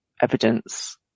evidence